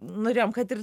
norėjom kad ir